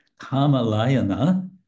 Kamalayana